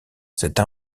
cette